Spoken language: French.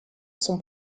son